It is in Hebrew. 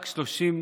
רק 39